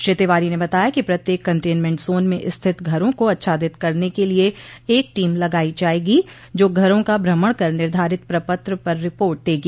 श्री तिवारी ने बताया कि प्रत्येक कंटेनमेंट जोन में स्थित घरों को अच्छादित करने के लिये एक टीम लगाई जायेगी जो घरों का भ्रमण कर निर्धारित प्रपत्र पर रिपोर्ट देगी